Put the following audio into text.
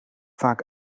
vaak